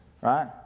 right